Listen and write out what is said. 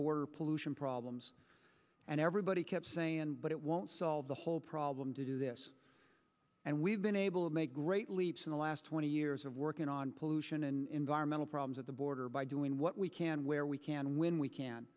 border pollution problems and everybody kept saying but it won't solve the whole problem to do this and we've been able to make great leaps in the last twenty years of working on pollution an environmental problems at the border by doing what we can where we can when we can